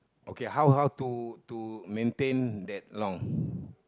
okay how how to to maintain that long